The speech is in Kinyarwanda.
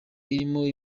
irimo